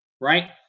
right